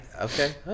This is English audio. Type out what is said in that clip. Okay